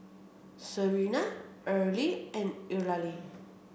Serina Earlie and Eulalie